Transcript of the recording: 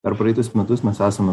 per praeitus metus mes esame